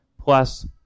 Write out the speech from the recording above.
plus